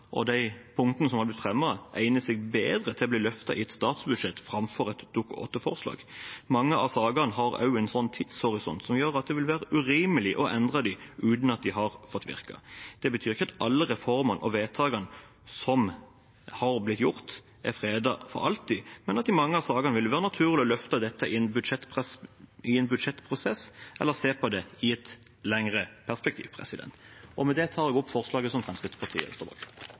og punktene som har blitt fremmet, egner seg bedre til å bli løftet i et statsbudsjett framfor i et Dokument 8-forslag. Mange av sakene har også en tidshorisont som gjør at det vil være urimelig å endre dem uten at de har fått virke. Det betyr ikke at alle reformer og vedtak som har blitt gjort, er fredet for alltid, men at det i mange av sakene vil være naturlig å løfte det i en budsjettprosess, eller se på det i et lengre perspektiv. Med det tar jeg opp forslaget som Fremskrittspartiet står bak.